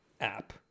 app